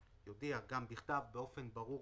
יודיע גם בכתב, באופן ברור